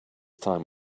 time